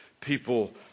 People